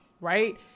right